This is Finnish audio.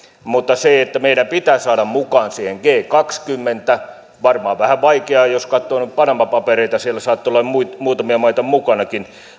mutta meidän pitää saada mukaan siihen g kaksikymmentä ja se on varmaan vähän vaikeaa jos katsoo noita panama papereita siellä saattaa olla muutamia maita mukanakin